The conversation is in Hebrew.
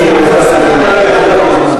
אבל לא על חשבון זמננו.